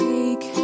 Take